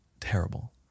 terrible